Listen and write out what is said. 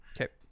okay